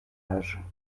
âge